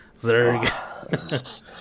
zerg